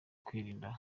kwirinda